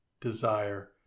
desire